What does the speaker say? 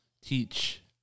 teach